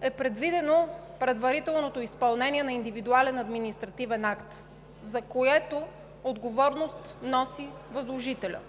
е предвидено предварителното изпълнение на индивидуален административен акт, за което отговорност носи възложителят.